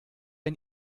ein